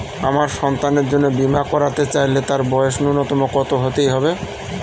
আমার সন্তানের জন্য বীমা করাতে চাইলে তার বয়স ন্যুনতম কত হতেই হবে?